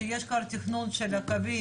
כשיש כבר תכנון של הקווים,